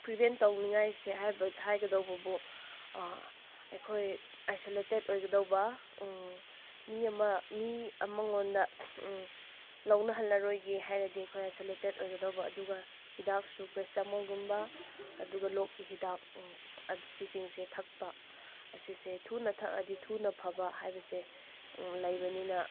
prevent ꯇꯧꯅꯤꯡꯉꯥꯏꯁꯦ ꯍꯥꯏꯒꯗꯧꯕꯕꯨ ꯑꯩꯈꯣꯏ ꯑꯥꯏꯁꯣꯂꯦꯇꯦꯠ ꯑꯣꯏꯒꯗꯧꯕ ꯃꯤ ꯑꯃ ꯃꯤ ꯑꯃꯉꯣꯟꯗ ꯂꯧꯅꯍꯜꯂꯔꯣꯏꯒꯦ ꯍꯥꯏꯔꯗꯤ ꯑꯩꯈꯣꯏ ꯑꯥꯏꯁꯣꯂꯦꯇꯦꯠ ꯑꯣꯏꯒꯗꯕ ꯑꯗꯨꯒ ꯍꯤꯗꯥꯛꯁꯨ ꯄꯦꯔꯥꯁꯤꯇꯥꯃꯣꯜꯒꯨꯝꯕ ꯑꯗꯨꯒ ꯂꯣꯛꯀꯤ ꯍꯤꯗꯥꯛ ꯑꯗꯨ ꯁꯤꯁꯤꯡꯁꯦ ꯊꯛꯄ ꯑꯁꯤꯁꯦ ꯊꯨꯅ ꯊꯛꯑꯗꯤ ꯊꯨꯅ ꯐꯕ ꯍꯥꯏꯕꯁꯦ ꯂꯩꯕꯅꯤꯅ